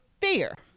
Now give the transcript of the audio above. fear